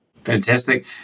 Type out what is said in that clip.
Fantastic